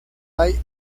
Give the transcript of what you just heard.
hay